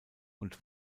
und